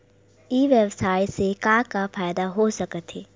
ई व्यवसाय से का का फ़ायदा हो सकत हे?